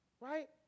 Right